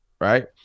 right